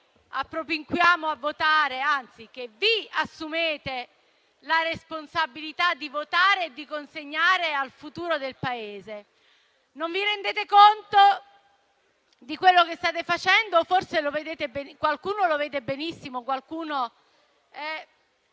che vi assumete la responsabilità di votare e di consegnare al futuro del Paese. Non vi rendete conto di quello che state facendo o forse qualcuno lo vede benissimo. Qualcuno è